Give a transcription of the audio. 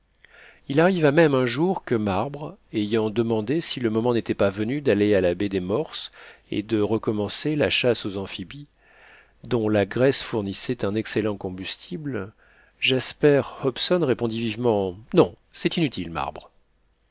il arriva même un jour que marbre ayant demandé si le moment n'était pas venu d'aller à la baie des morses et de recommencer la chasse aux amphibies dont la graisse fournissait un excellent combustible jasper hobson répondit vivement non c'est inutile marbre